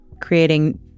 creating